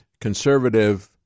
conservative